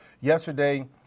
Yesterday